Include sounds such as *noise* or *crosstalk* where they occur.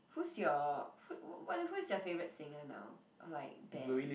whose your *noise* who's your favourite singer now like band